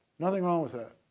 nothing wrong with that.